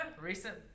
recent